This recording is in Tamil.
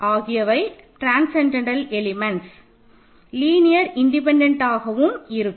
ஆகியவை ட்ரான்ஸசென்டென்டல் எலிமெண்ட் லீனியர் இன்டிபென்டன்ட் ஆகவும் இருக்கும்